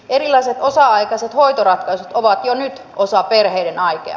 erilaiset osa aikaiset hoitoratkaisut ovat jo nyt osa perheiden arkea